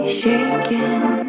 shaking